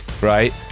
Right